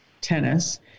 tennis